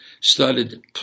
started